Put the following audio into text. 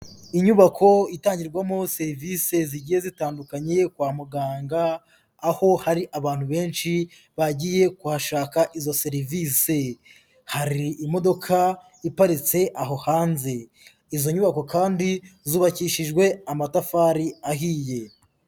Inyubako itangirwamo serivisi zigiye zitandukanye kwa muganga, aho hari abantu benshi bagiye kuhashaka izo serivisi. Hari imodoka iparitse aho hanze. Izo nyubako kandi zubakishijwe amatafari ahiye.